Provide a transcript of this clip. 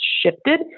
shifted